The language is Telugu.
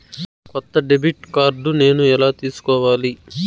కొత్త డెబిట్ కార్డ్ నేను ఎలా తీసుకోవాలి?